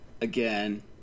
again